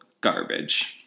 garbage